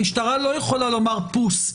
המשטרה לא יכולה לומר: פוס,